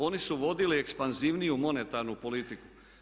Oni su vodili ekspanzivniju monetarnu politiku.